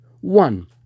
One